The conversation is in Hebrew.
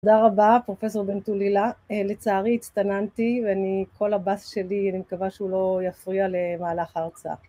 תודה רבה פרופ' בן טולילה, לצערי הצטננתי ואני, כל הבס שלי אני מקווה שהוא לא יפריע למהלך ההרצאה